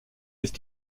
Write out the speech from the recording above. ist